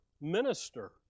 minister